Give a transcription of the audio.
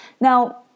Now